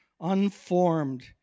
unformed